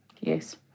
Yes